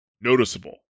noticeable